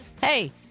hey